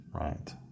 Right